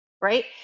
right